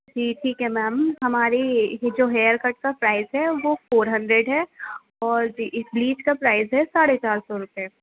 جی ٹھیک ہے میم ہماری یہ جو ہیئر کٹ کا پرائز ہے وہ فور ہنڈریڈ ہے اور جو اس بلیچ کا پرائز ہے ساڑھے چار سو روپئے